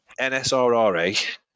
NSRRA